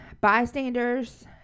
Bystanders